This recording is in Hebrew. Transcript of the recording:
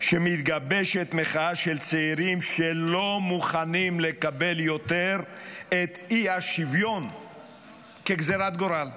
שמתגבשת מחאה של צעירים שלא מוכנים לקבל יותר את האי-שוויון כגזרת גורל.